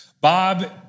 Bob